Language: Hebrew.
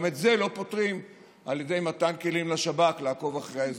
גם את זה לא פותרים על ידי מתן כלים לשב"כ לעקוב אחרי האזרחים.